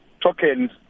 tokens